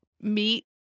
meet